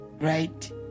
right